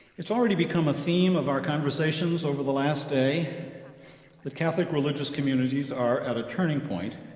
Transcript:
it's already become a theme of our conversations over the last day that catholic religious communities are at a turning point,